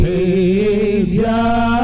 Savior